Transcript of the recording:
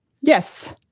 Yes